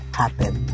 happen